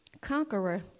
conqueror